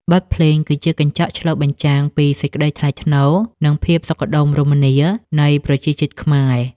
បទភ្លេងគឺជាកញ្ចក់ឆ្លុះបញ្ចាំងពីសេចក្ដីថ្លៃថ្នូរ និងភាពសុខដុមរមនានៃប្រជាជាតិខ្មែរ។